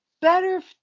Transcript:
better